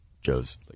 Joe's